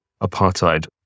apartheid